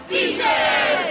Beaches